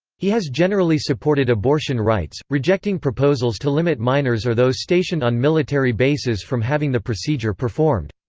he has generally supported abortion rights, rejecting proposals to limit minors or those stationed on military bases from having the procedure performed.